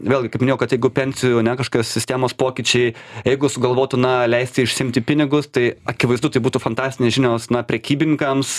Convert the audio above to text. vėlgi kaip minėjau kad jeigu pensijų ane kažkokios sistemos pokyčiai jeigu sugalvotų na leisti išsiimti pinigus tai akivaizdu tai būtų fantastinės žinios na prekybininkams